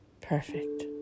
perfect